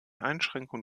einschränkung